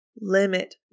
limit